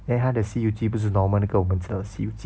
then 他的西游记不是那个 normal 那个我们知道的西游记